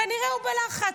כנראה הוא בלחץ.